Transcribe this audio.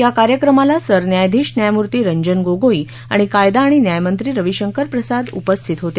या कार्यक्रमाला सरन्यायाधिश न्यायमूर्ती रंजन गोगोई आणि कायदा आणि न्यायमंत्री रविशंकर प्रसाद उपस्थित होते